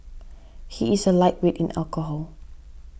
he is a lightweight in alcohol